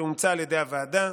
שאומצה על ידי הוועדה,